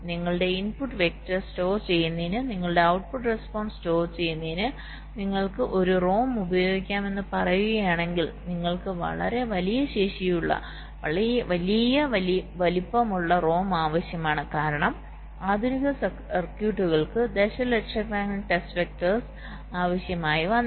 നിങ്ങളുടെ input vector store ചെയ്യുന്നതിന് നിങ്ങളുടെ ഔട്ട്പുട്ട് റെസ്പോൺസ് സ്റ്റോർ ചെയ്യുന്നതിന് നിങ്ങൾ ഒരു റോം ഉപയോഗിക്കുമെന്ന് പറയുകയാണെങ്കിൽ നിങ്ങൾക്ക് വളരെ വലിയ ശേഷിയുള്ള വലിയ വലിപ്പമുള്ള റോം ആവശ്യമാണ് കാരണം ആധുനിക സർക്യൂട്ടുകൾക്ക് ദശലക്ഷക്കണക്കിന് ടെസ്റ്റ് വെക്ടർസ് ആവശ്യമായി വന്നേക്കാം